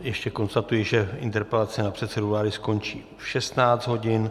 Ještě konstatuji, že interpelace na předsedu vlády skončí v 16 hodin.